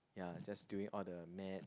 ya just doing all the Maths